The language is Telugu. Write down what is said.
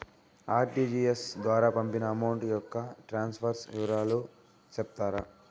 ఆర్.టి.జి.ఎస్ ద్వారా పంపిన అమౌంట్ యొక్క ట్రాన్స్ఫర్ వివరాలు సెప్తారా